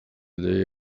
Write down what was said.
llei